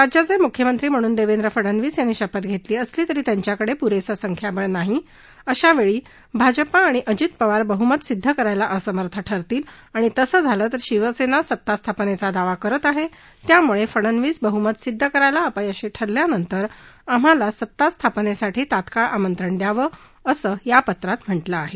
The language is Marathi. राज्याचे मुख्यमंत्री म्हणून देवेंद्र फडनवीस यांनी शपथ घेतली असली तरी त्यांच्याकडे पुरेसं संख्याबळ नाही अशावेळी भाजपा आणि अजित पवार बहमत सिद्ध करायला असमर्थ ठरतील आणि तसं झालं तर शिवसेना सत्तास्थापनेचा दावा करत आहे त्यामुळे फडनवीस बहमत सिद्ध करायला अपयशी ठरल्यानंतर आम्हाला सत्ता स्थापनेसाठी तात्काळ आमंत्रण द्यावं असं या पत्रात म्हा सें आहे